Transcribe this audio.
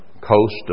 coast